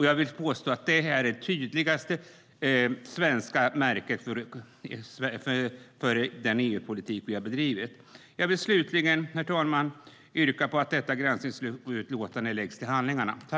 Jag vill påstå att det är det tydligaste svenska kännetecknet på den EU-politik som vi har bedrivit. Jag vill, herr talman, yrka att detta granskningsutlåtande läggs till handlingarna.